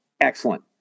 excellent